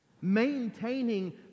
maintaining